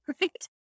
Right